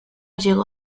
llegó